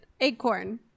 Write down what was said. Acorn